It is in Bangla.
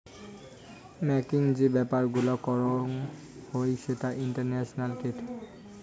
মাংনি যে ব্যাপার গুলা করং হই সেটা ইন্টারন্যাশনাল ট্রেড